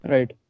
Right